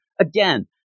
Again